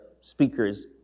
speakers